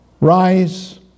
Rise